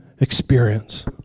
experience